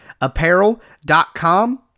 apparel.com